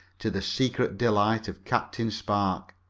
to the secret delight of captain spark.